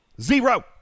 Zero